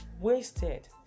wasted